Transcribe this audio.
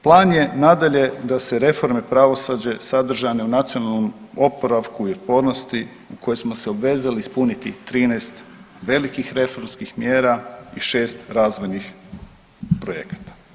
Plan je nadalje da se reforme pravosuđa sadržane u nacionalnom oporavku i otpornosti u koje smo se obvezali ispuniti 13 velikih reformskih mjera i šest razvojnih projekata.